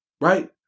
Right